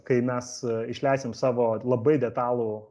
kai mes išleisim savo labai detalų